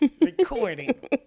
Recording